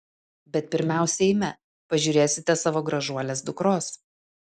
bet pirmiausia eime pažiūrėsite savo gražuolės dukros